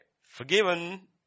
Forgiven